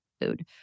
food